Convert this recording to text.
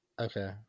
Okay